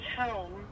Home